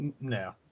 no